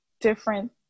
different